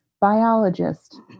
biologist